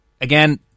Again